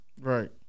Right